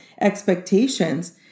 expectations